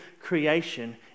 creation